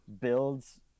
builds